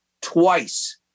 twice